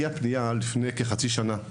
לפני כחצי שנה,